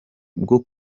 bwo